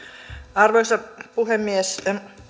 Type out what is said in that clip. arvoisa puhemies